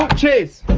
chase.